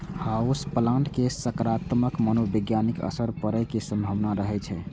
house plant के सकारात्मक मनोवैज्ञानिक असर पड़ै के संभावना रहै छै